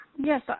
Yes